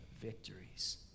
victories